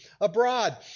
abroad